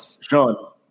Sean